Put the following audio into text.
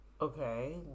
Okay